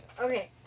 Okay